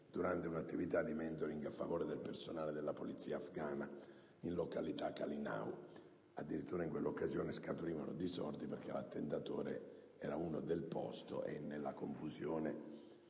durante un'attività di *mentoring* a favore del personale della polizia afgana in località Qal Y Naw. Addirittura in quell'occasione scaturirono disordini perché l'attentatore era uno del posto e nella confusione,